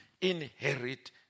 inherit